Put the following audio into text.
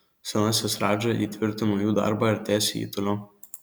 senasis radža įtvirtino jų darbą ir tęsė jį toliau